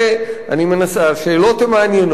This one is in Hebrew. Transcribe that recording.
השאלות הן מעניינות,